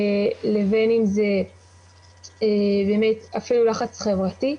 לבין אם זה באמת אפילו לחץ חברתי,